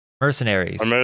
mercenaries